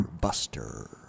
Buster